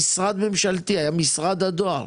משרד התקשורת